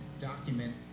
document